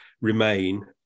Remain